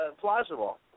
plausible